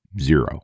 zero